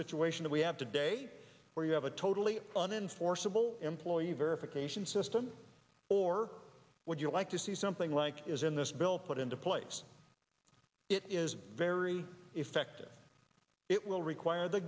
situation we have today where you have a totally on in forcible employee verification system or would you like to see something like is in this bill put into place it is very effective it will require the